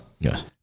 Yes